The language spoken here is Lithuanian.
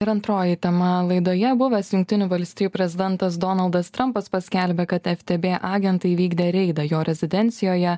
ir antroji tema laidoje buvęs jungtinių valstijų prezidentas donaldas trampas paskelbė kad ftb agentai įvykdė reidą jo rezidencijoje